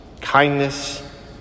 kindness